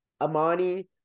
Amani